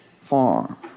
farm